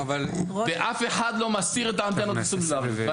ואף אחד לא מסיר את האנטנות הסלולרית.